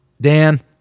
Dan